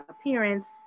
appearance